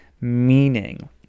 meaning